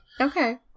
Okay